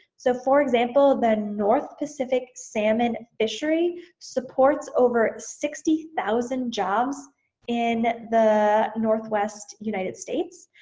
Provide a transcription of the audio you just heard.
so for example the north pacific salmon fishery supports over sixty thousand jobs in the northwest united states.